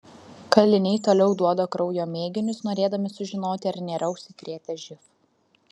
kaliniai toliau duoda kraujo mėginius norėdami sužinoti ar nėra užsikrėtę živ